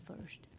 first